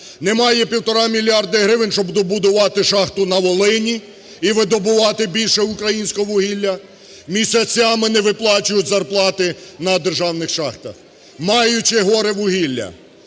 Немає півтора мільярди гривень, щоб добудувати шахту на Волині і видобувати більше українського вугілля. Місяцями не виплачують зарплати на державних шахтах, маючи гори вугілля.